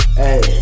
hey